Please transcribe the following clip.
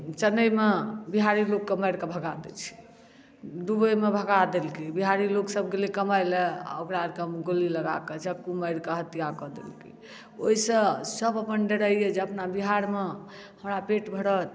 चेन्नईमे बिहारी लोककेँ मारि कऽ भगा दै छै दुबईमे भगा देलकै बिहारी लोकसभ गेलै कमाइ लेल ओकरा आओर के गोली लगा कऽ चक्कू मारि कऽ हत्या कऽ देलकै ओहिसँ सभ अपन डेराइए जे अपना बिहारमे हमरा पेट भरत